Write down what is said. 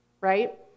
right